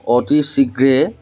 অতি শীঘ্ৰে